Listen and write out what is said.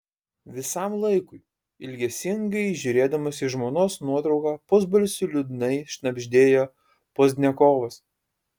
visam laikui ilgesingai žiūrėdamas į žmonos nuotrauką pusbalsiu liūdnai šnabždėjo pozdniakovas